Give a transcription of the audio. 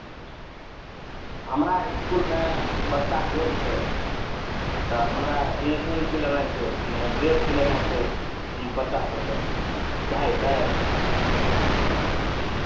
हमरा इसकुलमे बच्चा ढेर छै तऽ हमरा यूनिफ़ॉर्म सिलेनाइ छै मने ड्रेस सिलेनाइ छै बच्चा सभकेँ भए जेतै